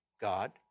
God